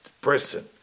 person